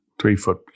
Three-foot